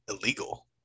illegal